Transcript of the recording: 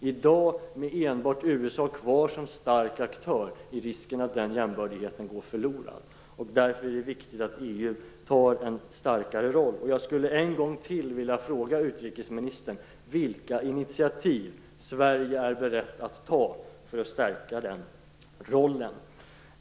I dag med enbart USA kvar som stark aktör är risken att den jämbördigheten går förlorad. Det är därför viktigt att EU får en starkare roll. Jag skulle en gång till vilja fråga utrikesministern vilka initiativ Sverige är berett för att ta för att stärka den rollen.